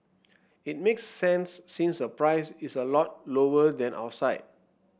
it makes sense since the price is a lot lower than outside